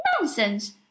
Nonsense